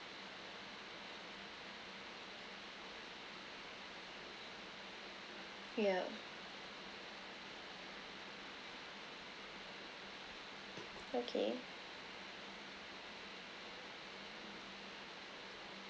yeah okay